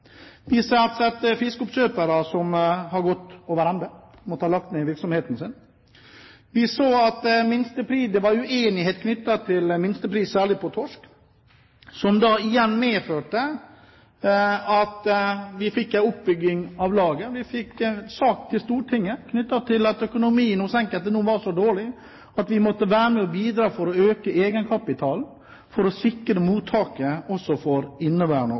Vi ser at fiskeoppkjøpere har gått over ende og har måttet legge ned virksomheten sin. Vi så at det var uenighet knyttet til minstepriser, særlig på torsk, som da igjen medførte at vi fikk en oppbygging av lager. Vi fikk en sak til Stortinget knyttet til at økonomien hos enkelte nå var så dårlig at vi måtte være med og bidra til å øke egenkapitalen for å sikre mottaket også for inneværende